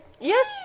Yes